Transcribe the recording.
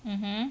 mmhmm